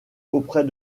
auprès